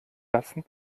lassen